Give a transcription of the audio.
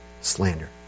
slander